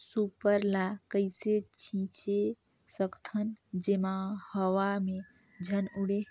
Super ल कइसे छीचे सकथन जेमा हवा मे झन उड़े?